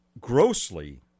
Grossly